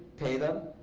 pay them.